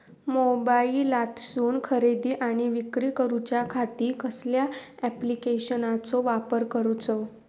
मोबाईलातसून खरेदी आणि विक्री करूच्या खाती कसल्या ॲप्लिकेशनाचो वापर करूचो?